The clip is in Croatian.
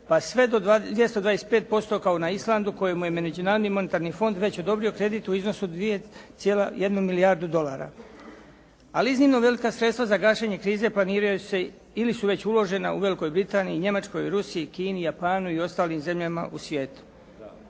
pa sve do 225% kao na Islandu kojemu je Međunarodni monetarni fond već odobrio kredit u iznosu od 2,1 milijardu dolara. Ali iznimno velika sredstva za gašenje krize planiraju se ili su već uložena u Velikoj Britaniji, Njemačkoj, Rusiji, Kini, Japanu i ostalim zemljama u svijetu.